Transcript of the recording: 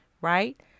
Right